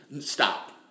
stop